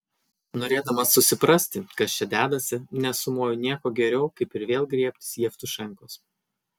norėdamas susiprasti kas čia dedasi nesumoju nieko geriau kaip ir vėl griebtis jevtušenkos